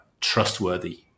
trustworthy